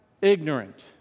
ignorant